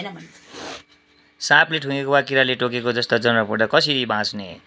साँपले ठुँगेको वा किराले टोकेको जस्तो जनकबाट कसरी बाँच्ने